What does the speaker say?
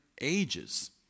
ages